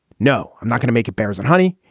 no, i'm not gonna make it bears and honey.